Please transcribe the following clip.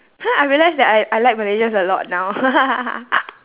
I realise that I I like malaysians a lot now